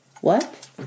What